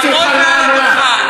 לעמוד מעל הדוכן,